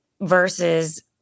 versus